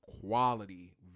quality